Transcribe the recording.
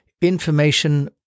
Information